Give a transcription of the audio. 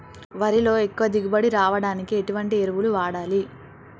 వరిలో ఎక్కువ దిగుబడి రావడానికి ఎటువంటి ఎరువులు వాడాలి?